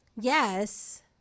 yes